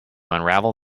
unravel